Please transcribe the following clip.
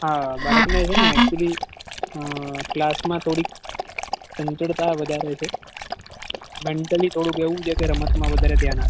હા બાળકને છે ને એક્ચુઅલ્લી ક્લાસમાં થોડીક ચંચળતા વધારે છે મેન્ટલી થોડુંક એવું છે કે રમતમાં થોડું વધારે ધ્યાન આપે છે